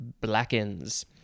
blackens